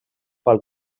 pel